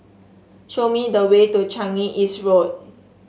show me the way to Changi East Road